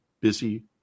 busy